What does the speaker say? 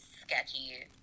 sketchy